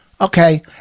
Okay